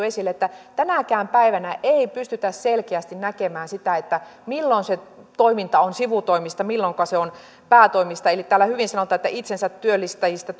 esille että tänäkään päivänä ei pystytä selkeästi näkemään sitä milloin se toiminta on sivutoimista ja milloinka se on päätoimista eli täällä hyvin sanotaan että itsensä työllistäjistä